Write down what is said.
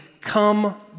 come